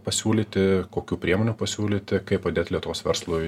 pasiūlyti kokių priemonių pasiūlyti kaip padėti lietuvos verslui